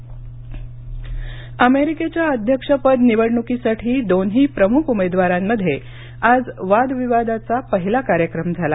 America निवडणूक अमेरिकेच्या अध्यक्षपद निवडण्कीसाठी दोन्ही प्रमुख उमेदवारांमध्ये आज वादविवादाचा पहिला कार्यक्रम झाला